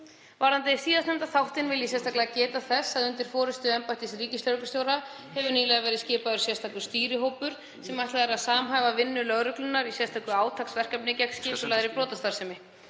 Varðandi síðastnefnda þáttinn vil ég sérstaklega geta þess að undir forystu embættis ríkislögreglustjóra hefur nýlega verið skipaður sérstakur stýrihópur sem ætlað er að samhæfa vinnu lögreglunnar í sérstöku átaksverkefni gegn skipulagðri brotastarfsemi.